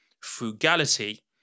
frugality